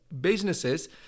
businesses